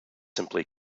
simply